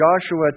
Joshua